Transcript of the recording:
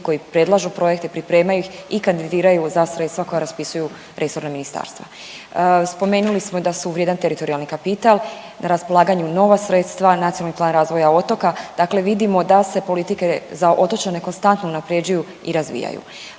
koji predlažu projekte, pripremaju ih i kandidiraju za sredstva koja raspisuju resorna ministarstva. Spomenuli smo i da su vrijedan teritorijalni kapital, na raspolaganju nova sredstva, Nacionalni plan razvoja otoka, dakle vidimo da se politike za otočane konstantno unaprjeđuju i razvijaju.